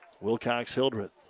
Wilcox-Hildreth